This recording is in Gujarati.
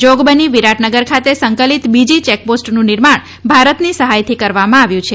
જોગબની વિરાટનગર ખાતે સંકલિત બીજી ચેકપોસ્ટનું નિર્માણ ભારતી સહાયથી કરવામાં આવ્યું છે